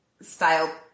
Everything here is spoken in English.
style